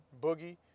Boogie